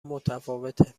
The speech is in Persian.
متفاوته